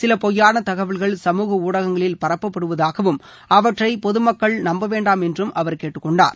சில பொய்யான தகவல்கள் சமூக ஊடகங்களில் பரப்பப்படுவதாகவும் அவற்றை பொதுமக்கள் நம்பவேண்டாம் என்றும் அவர் கேட்டுக்கொண்டார்